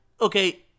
okay